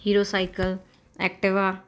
hero cycle Activa